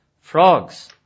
Frogs